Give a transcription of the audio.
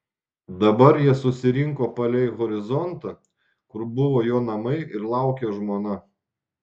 dabar jie susirinko palei horizontą kur buvo jo namai ir laukė žmona